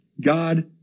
God